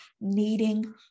needing